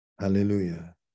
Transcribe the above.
Hallelujah